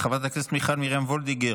חברת הכנסת מיכל מרים ווליגר,